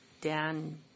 Dan